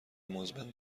مزمن